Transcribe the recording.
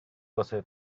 واسه